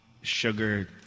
sugar